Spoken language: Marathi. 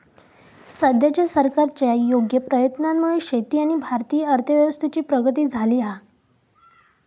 सद्याच्या सरकारच्या योग्य प्रयत्नांमुळे शेती आणि भारतीय अर्थव्यवस्थेची प्रगती झाली हा